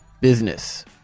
Business